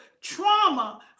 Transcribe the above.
trauma